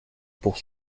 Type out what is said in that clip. pour